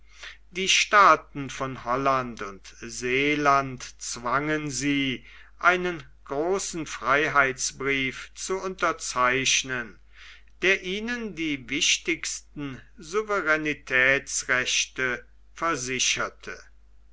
die staaten von holland und seeland zwangen sie einen großen freiheitsbrief zu unterzeichnen der ihnen die wichtigsten souveränetätsrechte versicherte